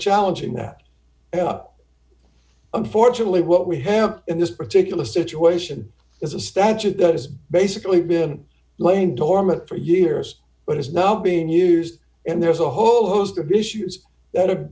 challenging that up unfortunately what we have in this particular situation is a statute that is basically been lame dormant for years but is now being used and there's a whole host of issues that are